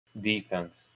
Defense